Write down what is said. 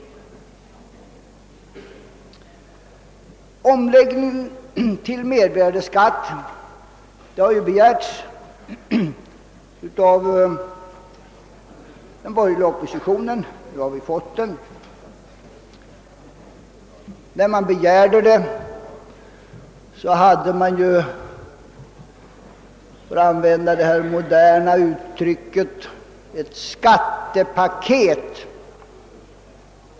Omläggningen till mervärdeskatt har begärts av den borgerliga oppositionen, och nu får vi den. När vi begärde den förelåg det — för att använda det moderna uttrycket — ett skattepaket.